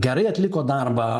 gerai atliko darbą